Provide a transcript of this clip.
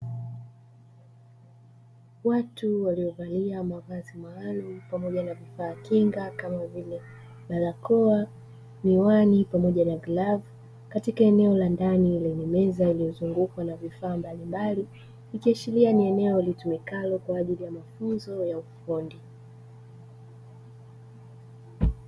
Watu waliovalia mavazi maalumu pamoja na vifaa kinga kama vile barakoa, miwani pamoja na glavu katika eneo la ndani lenye meza iliyozungukwa na vifaa mbalimbali, ikiashiria ni eneo litumikalo kwaajili ya mafunzo ya ufundi.